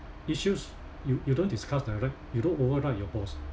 issues you you don't discuss direct you don't override your boss